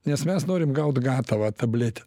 nes mes norim gaut gatavą tabletę